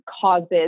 causes